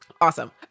Awesome